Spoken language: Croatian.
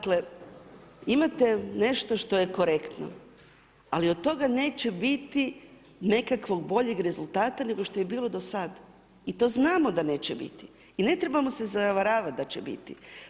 Dakle, imate nešto što je korektno ali od toga neće biti nekakvog boljeg rezultata nego što je bilo do sad i to znamo da neće biti i ne trebamo se zavaravati da će biti.